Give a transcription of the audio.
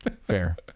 fair